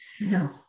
No